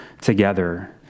together